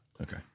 Okay